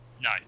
no